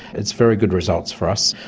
that's very good results for us.